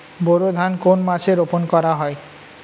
বোরো ধান কোন মাসে রোপণ করা হয়?